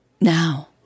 Now